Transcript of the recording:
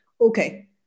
okay